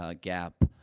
ah gap,